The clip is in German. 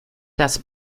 das